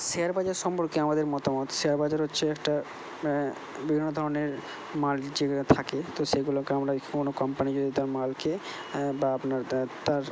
share বাজার সম্পর্কে আমাদের মতামত শেয়ার বাজার হচ্ছে একটা বিভিন্ন ধরনের মার্জিনে থাকে তো সেগুলোকে আমরা কোন কোম্পানি যদি তার মালকে বা আপনার তার তার